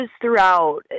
throughout